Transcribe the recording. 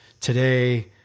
today